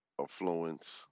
affluence